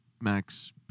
Max